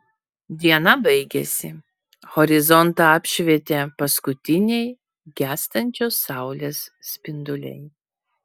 diena baigėsi horizontą apšvietė paskutiniai gęstančios saulės spinduliai